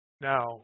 Now